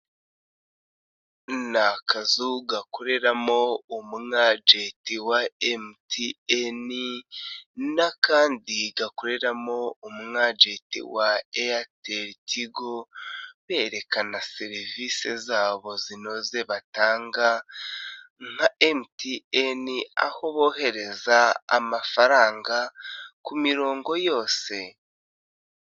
Ni akazu gakoreramo umu ajenti wa MTN n'akandi gakoreramo umu ajenti wa Eyateri Tigo berekana serivise zabo zinoze batanga nka MTN aho bohereza amafaranga ku mirongo yose.